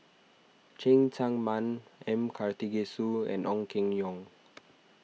Cheng Tsang Man M Karthigesu and Ong Keng Yong